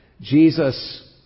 Jesus